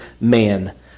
man